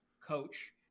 coach